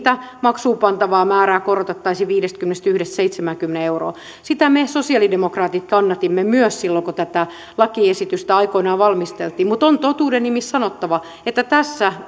maksuunpantava määrä korotettaisiin viidestäkymmenestäyhdestä seitsemäänkymmeneen euroon sitä me sosialidemokraatit kannatimme myös silloin kun tätä lakiesitystä aikoinaan valmisteltiin mutta on totuuden nimissä sanottava että tässä